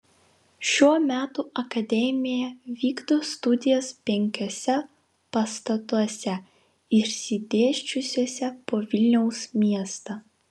šiuo metu akademija vykdo studijas penkiuose pastatuose išsidėsčiusiuose po vilniaus miestą